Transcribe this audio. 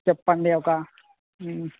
చెప్పండి ఒక